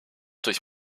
durch